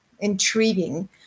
intriguing